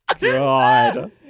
God